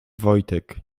wojtek